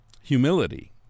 humility